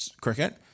cricket